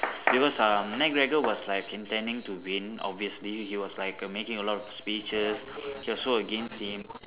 because uh McGregor was like intending to win obviously he was like err making a lot of speeches he was so against him